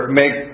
make